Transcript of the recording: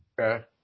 Okay